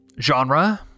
genre